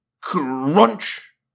Crunch